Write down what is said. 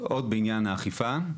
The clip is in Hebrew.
עוד בעניין האכיפה,